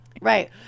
Right